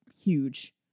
huge